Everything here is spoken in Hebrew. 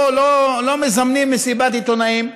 לא מזמנים מסיבת עיתונאים,